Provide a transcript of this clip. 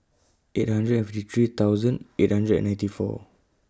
eight hundred fifty three thousand eight hundred and ninety four